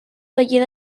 taller